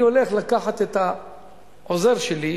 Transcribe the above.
אני הולך לקחת את העוזר שלי,